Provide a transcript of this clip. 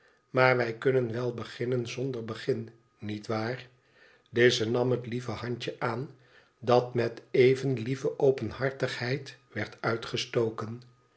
maar wij kunnen wel beginnen zonder begin nietwaar lize nam het lieve handje aan dat met even lieve openhartigheid werd uitgestoken